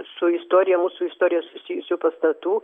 su istorija mūsų istorija susijusių pastatų